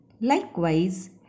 Likewise